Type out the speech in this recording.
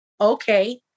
okay